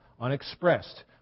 unexpressed